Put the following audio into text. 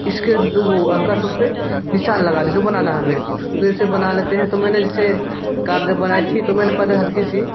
इसके दो हल्का सा उस पर निशान लगा दे जो बनाना है हमें तो ऐसे बना लेते हैं तो मैंने जैसे जब बनाई थी तो मैंने पहले हल्की सी